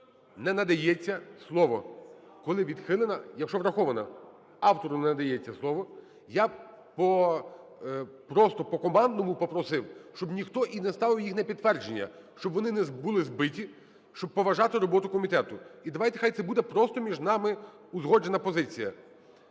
не надається слово, коли відхилена… Якщо врахована, автору не надається слово. Я просто по-командному попросив, щоб ніхто і не ставити її на підтвердження, щоб вони не були збиті, щоб поважати роботу комітету. І давайте, хай це буде просто між нами узгоджена позиція,